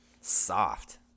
Soft